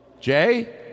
Jay